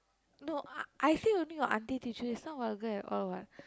no uh I think only your auntie teach you it's not vulgar at all what